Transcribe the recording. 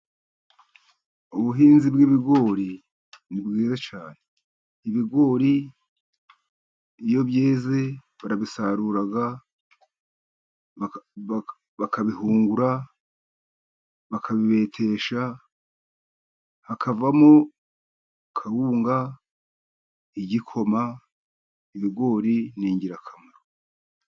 Ubuhinzi bw'ibigori ni bwiza cyane, ibigori iyo byeze barabisarura, bakabihungura, bakabibetesha, hakavamo kawunga, igikoma. Ibigori ni ingirakamaro.